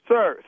Sir